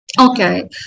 Okay